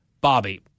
Bobby